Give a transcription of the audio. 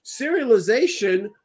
serialization